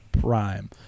prime